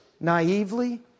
naively